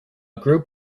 group